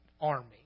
army